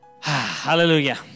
Hallelujah